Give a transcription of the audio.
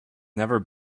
never